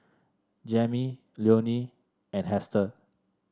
Jammie Leonie and Hester